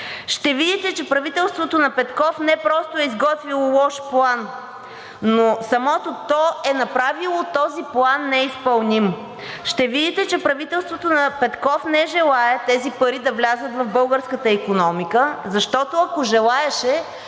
Ще видите, че правителството на Петков не просто е изготвило лош план, но самото то е направило този план неизпълним. Ще видите, че правителството на Петков не желае тези пари да влязат в българската икономика, защото, ако желаеше,